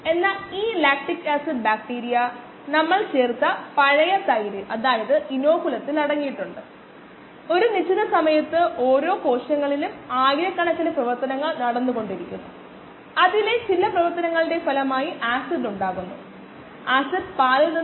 അതിനാൽ t 5 minute തുല്യമാകുമ്പോൾ substrate സാന്ദ്രത ഈ സമയത്തിന്റെ ഇടവേളയിൽ രേഖീയമായി വ്യത്യാസപ്പെടുന്നുവെന്ന് നമുക്ക് അനുമാനിക്കാം നമുക്ക് വളരെ അടുപ്പിച്ചുള്ള പോയിന്റുകളുണ്ടെങ്കിൽ അത് നല്ലതാണ്